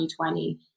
2020